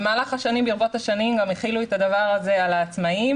במהלך השנים החילו את הדבר הזה על עצמאיים